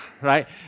right